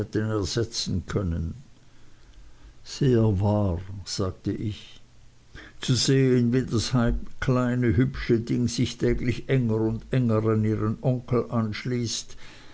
ersetzen können sehr wahr sagte ich zu sehen wie das kleine hübsche ding sich täglich enger und enger an ihren onkel anschließt